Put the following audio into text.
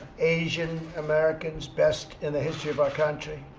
asian americans best in the history of our country.